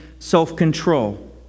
self-control